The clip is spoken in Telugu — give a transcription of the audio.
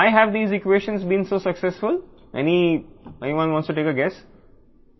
మరియు ఈ ఈక్వేషన్లు ఎందుకు విజయవంతమయ్యాయి ఎవరైనా అతడిని గుర్తుంచుకుంటారు